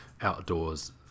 outdoors